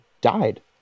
died